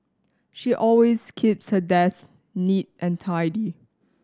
she always keeps her desk neat and tidy